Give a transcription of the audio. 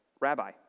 Rabbi